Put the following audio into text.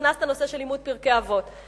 הכנסת הלימוד של פרקי אבות,